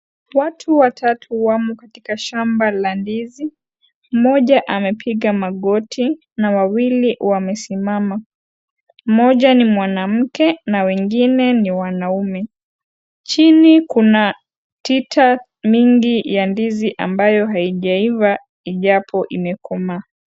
Watu watatu wamo katika shamba la ndizi. Mmoja amepiga magoti na wawili wamesimama. Mmoja ni mwanamke na wengine ni wanaume. Chini kuna tita mingi ya ndizi ambayo haijaiva ijapo imekomaa.